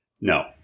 No